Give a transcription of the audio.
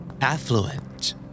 Affluent